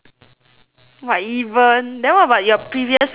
!wah! even then what about your previous creative question